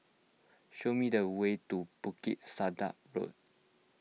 show me the way to Bukit Sedap Road